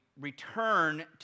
return